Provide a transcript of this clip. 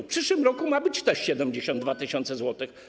W przyszłym roku ma być też 72 tys. zł.